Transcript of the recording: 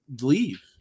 leave